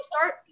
start